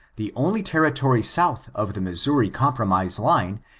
the only territory south of the missouri compromise line,